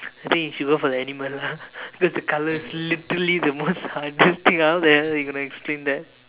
I think you should go for the animal lah because the colour is literally the most hardest thing out there how you gonna explain that